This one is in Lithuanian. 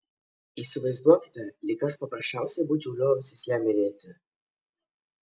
įsivaizduokite lyg aš paprasčiausiai būčiau liovęsis ją mylėti